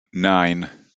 nine